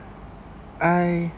I